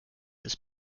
bis